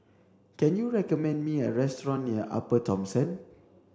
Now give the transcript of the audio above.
can you recommend me a restaurant near Upper Thomson